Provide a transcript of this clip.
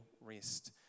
rest